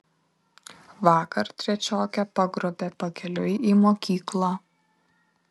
vakar trečiokę pagrobė pakeliui į mokyklą